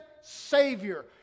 Savior